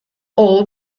all